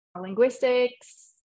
linguistics